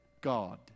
God